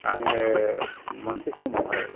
आङो मोनसे समावहाय